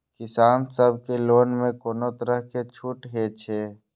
किसान सब के लोन में कोनो तरह के छूट हे छे?